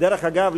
דרך אגב,